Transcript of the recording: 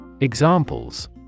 Examples